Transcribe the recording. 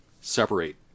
separate